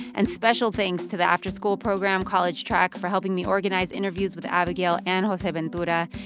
and special thanks to the after-school program college track for helping me organize interviews with abigail and joseventura.